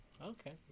Okay